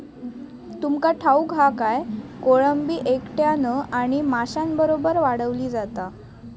तुमका ठाऊक हा काय, कोळंबी एकट्यानं आणि माशांबरोबर वाढवली जाता